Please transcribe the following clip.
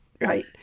Right